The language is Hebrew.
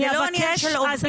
זה לא עניין של עובדים זרים.